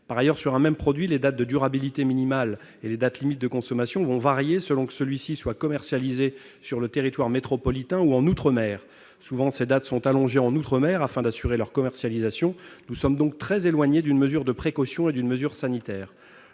Par ailleurs, sur un même produit, les dates de durabilité minimale et les dates limites de consommation vont varier selon que celui-ci est commercialisé sur le territoire métropolitain ou en outre-mer. Les dates sont souvent allongées outre-mer, afin d'assurer leur commercialisation. Nous sommes donc très éloignés d'une mesure de précaution et d'une mesure sanitaire.